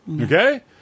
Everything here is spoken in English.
Okay